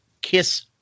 Kiss